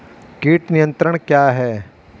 कीट नियंत्रण क्या है?